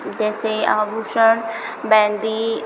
जैसे आभूषण बिंदी